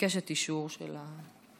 אבקש את אישורה של הכנסת.